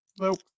Nope